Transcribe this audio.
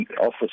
office